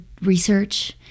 research